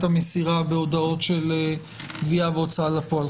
המסירה בהודעות של גבייה והוצאה לפועל.